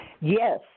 Yes